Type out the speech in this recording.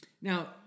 Now